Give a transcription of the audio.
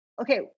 Okay